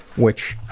which